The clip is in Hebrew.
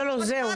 לזה.